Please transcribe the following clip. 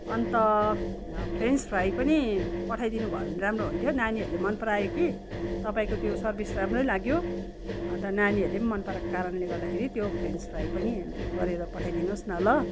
अन्त French fry पनि पठाइदिनुभयो भने राम्रो हुन्थ्यो नानीहरूले मनपरायो कि तपाईँको त्यो सर्भिस राम्रै लाग्यो अन्त नानीहरूले पनि मनपराएको कारणले गर्दाखेरि त्यो फ्रेन्च फ्राई पनि गरेर पठाइदिनुहोस् न ल